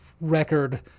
record